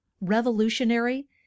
revolutionary